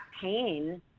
pain